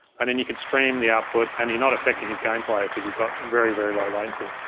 and then you could stream the output and you're not affecting his gameplay because he's got very, very low latency.